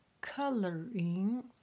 coloring